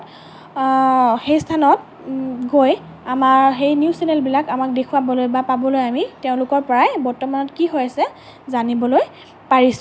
সেই স্থানত গৈ আমাৰ সেই নিউজ চেনেলবিলাক আমাক দেখুৱাবলৈ বা পাবলৈ আমি তেওঁলোকৰ পৰাই বৰ্তমানত কি হৈ আছে জানিবলৈ পাৰিছোঁ